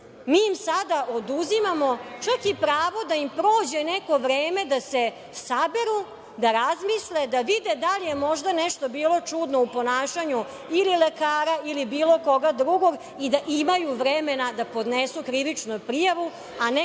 mi im sada oduzimamo čak i pravo da im prođe neko vreme da se saberu, da razmisle, da vide da li je možda nešto bilo čudno u ponašanju ili lekara ili bilo koga drugog i da imaju vremena da podnesu krivičnu prijavu, a ne